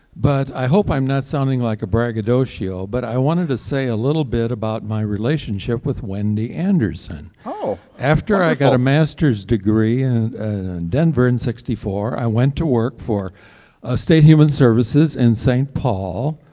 but i hope i'm not sounding like a braggadocio, but i wanted to say a little bit about my relationship with wendy anderson. after i got a master's degree in denver in sixty four, i went to work for state human services in saint paul